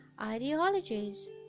ideologies